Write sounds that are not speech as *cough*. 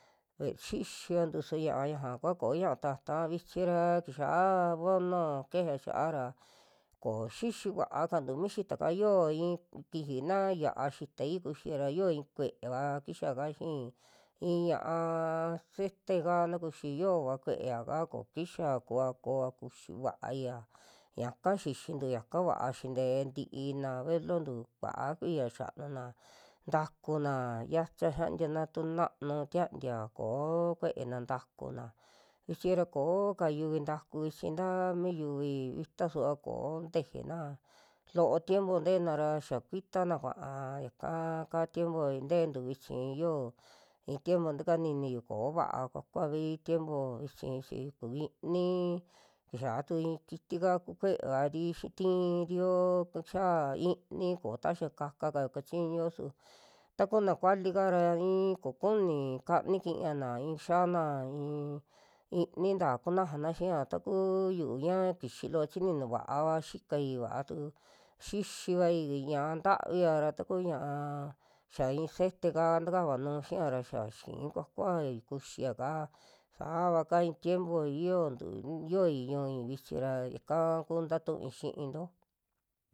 Ve xixiantu su ña'a yaja kua koo ta'ta vichi ra kiya vonu kejea xia'a ra koo xixi vaakantu mi xitaka yoo i'i kiji na xia'a xitai kuxi ra yio i'i kue'eva kixa ka xi'i i'i ña'aa sete kaa na kuxi yo'ova kue'eya ka ko kixa kuva koa kuxi va'aia yaka xixintu yaka va'a sinte nti'ina velontu kua'a kuiya xanuna, ntakuna yacha xiantiana tu na'anu tiantia ko'o kue'ena takuna, vichi ra kooka yuvi taaku vichi ta mi yuvi vita suva, koo ntejena lo'o tiempo teena ra xia kuitana kuaa yaka kaa tiempo nte'entu vichi, yo i'i tiempo takaniniyu ko vaa kuakuavi tiempo vichi chi ku ini kixia tu i'i kitika kukueva'ri xi- ti'irio kixia ini, ko taxia kaka kao kachiñuo su takuna kuali kaara *noise* i'i kokuni kani xi'iyana, i'i xiana i'i ininta kunajana xi'ia takuu yu'u ña kixi loo chininu va'ava xikai, vaatu xixivai ña'a ntavi ra taku ña'a xa i'i sete'ka takanuu xia ra xa xii kuakuai kuxia'ka saava ka'a i'i tiempo yiontu yoi ñu'ui vichi ra yaka kuu ntatu'ui xi'into.